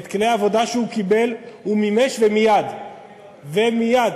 את כלי העבודה שהוא קיבל הוא מימש, ומייד, ומייד.